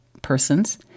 persons